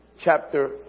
chapter